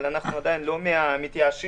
אבל אנחנו עדיין לא מן המתייאשים.